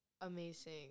amazing